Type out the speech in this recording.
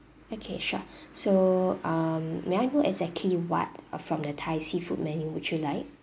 okay sure so um may I know exactly what uh from the thai seafood menu would you like